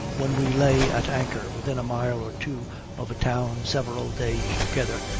when we lay at anchor within a mile or two of a town several days together,